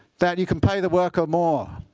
that you can pay the worker more,